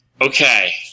Okay